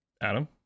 Adam